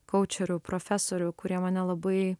kaučerių profesorių kurie mane labai